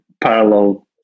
parallel